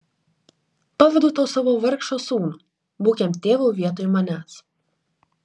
pavedu tau savo vargšą sūnų būk jam tėvu vietoj manęs